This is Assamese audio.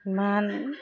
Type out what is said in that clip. ইমান